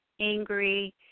angry